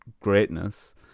greatness